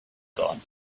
gone